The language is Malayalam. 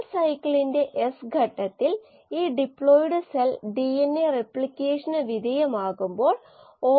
അവ ഈ സ്ട്രിംഗി ജീവികളാണ് അവ അവയുടെ സ്ട്രാൻഡ്സ് വിപുലീകരിച്ചു വളരുന്നു അല്ലെകിൽ ഹൈഫേ എന്ന് വിളിക്കുന്ന അവ വിപുലം ആകുന്നു അവയുടെ മാസ്സ് കൂടുന്നു